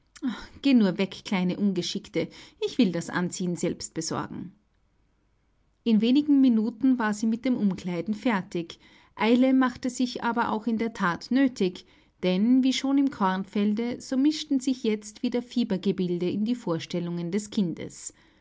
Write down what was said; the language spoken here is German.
geh nur weg kleine ungeschickte ich will das anziehen selbst besorgen in wenigen minuten war sie mit dem umkleiden fertig eile machte sich aber auch in der that nötig denn wie schon im kornfelde so mischten sich jetzt wieder fiebergebilde in die vorstellungen des kindes